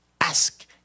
ask